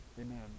amen